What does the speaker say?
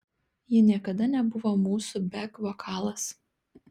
ji niekada nebuvo mūsų bek vokalas